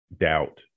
doubt